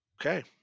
Okay